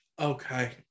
Okay